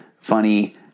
funny